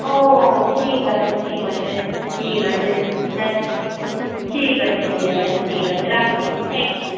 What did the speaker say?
ও ঠিক আছে ঠিক আছে ঠিক আছে হ্যাঁ ঠিক আছে নিয়ে যাব হ্যাঁ ঠিক আছে রাখছি থ্যাংক ইউ